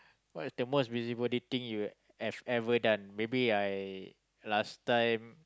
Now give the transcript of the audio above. what is the most busybody thing you've ever done maybe I last time